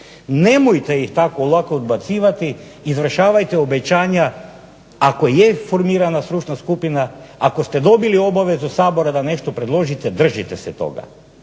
nemojte ih tako lako odbacivati, izvršavajte obećanja. Ako je formirana stručna skupina, ako ste dobili obavezu Sabora da nešto predložite držite se toga.